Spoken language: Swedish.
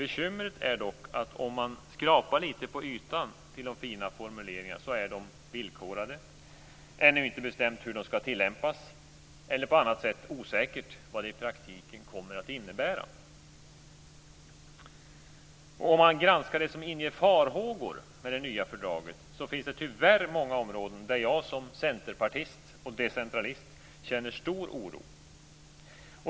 Bekymret är dock att man, om man skrapar litet på ytan på de fina formuleringarna, ser att de är villkorade, att det ännu inte är bestämt hur de skall tillämpas eller att det på annat sätt är osäkert vad de i praktiken kommer att innebära.